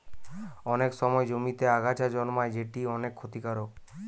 অনেক সময় জমিতে আগাছা জন্মায় যেটি অনেক ক্ষতিকারক